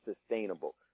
sustainable